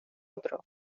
otro